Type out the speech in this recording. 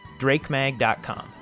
drakemag.com